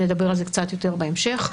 נדבר על זה קצת יותר בהמשך.